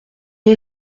est